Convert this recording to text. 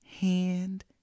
hand